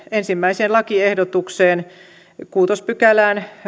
ensimmäiseen lakiehdotukseen kuudenteen pykälään